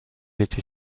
était